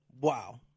Wow